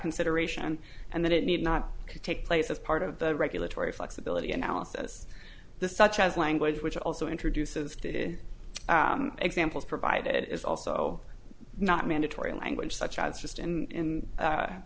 consideration and that it need not take place as part of the regulatory flexibility analysis the such as language which also introduces to examples provided it is also not mandatory in language such as just in